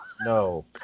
No